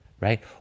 right